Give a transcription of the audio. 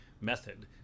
method